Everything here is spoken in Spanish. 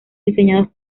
diseñados